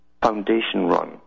foundation-run